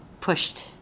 pushed